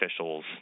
officials